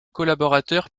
collaborateurs